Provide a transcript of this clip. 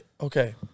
Okay